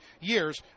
years